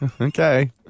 Okay